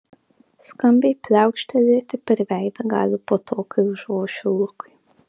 skambiai pliaukštelėti per veidą gali po to kai užvošiu lukui